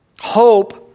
Hope